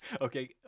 Okay